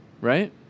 right